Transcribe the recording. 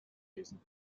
lesen